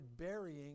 burying